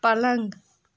پلنٛگ